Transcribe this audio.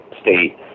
state